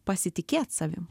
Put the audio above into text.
pasitikėt savim